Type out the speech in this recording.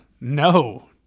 No